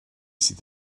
sydd